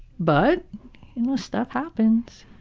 but stuff happens.